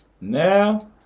now